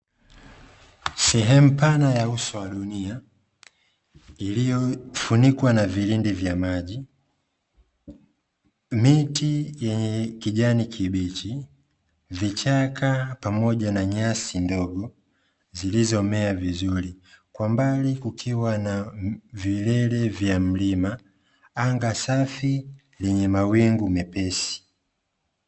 Sehemu pana ya uso wa dunia, iliyofunikwa na vilindi vya maji, miti yenye kijani kibichi, vichaka pamoja na nyasi ndogo, zilizomea vizuri, kwa mbali kukiwa na vilele vya mlima, anga safi lenye mawingu mepesi.